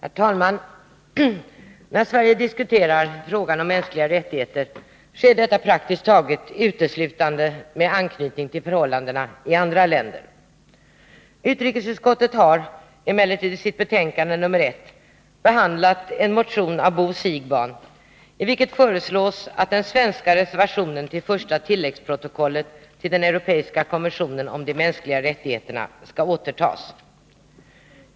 Herr talman! När Sverige diskuterar frågan om mänskliga rättigheter sker detta praktiskt taget uteslutande med anknytning till förhållandena i andra länder. Utrikesutskottet har emellertid i sitt betänkande nr 1 behandlat en motion av Bo Siegbahn, i vilken föreslås att den svenska reservationen till första tilläggsprotokollet till den europeiska konventionen om de mänskliga rättigheterna skall återtas.